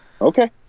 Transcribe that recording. Okay